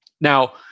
Now